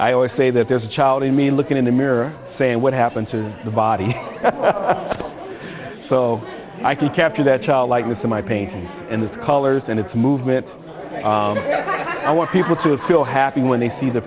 i always say that there's a child in me looking in the mirror saying what happened to the body so i can capture that child likeness in my paintings and its colors and its movement i want people to feel happy when they see the